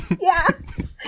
Yes